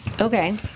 okay